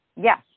Yes